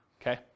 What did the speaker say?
okay